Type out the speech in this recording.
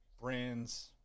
brands